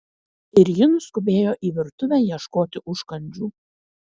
ir ji nuskubėjo į virtuvę ieškoti užkandžių